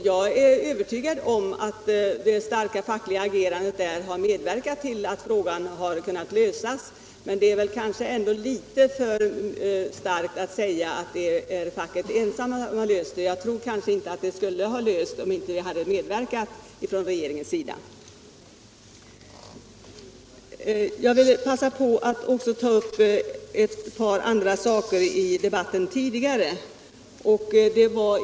Jag är övertygad om att det starka fackliga agerandet där medverkat till att frågan kunnat lösas, men det är kanske litet väl starkt att säga att facket ensamt har klarat problemen. De hade kanske inte lösts om inte regeringen hade medverkat. Jag vill passa på att också ta upp ett par andra saker som berörts tidigare i debatten.